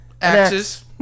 Axes